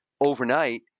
overnight